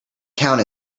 count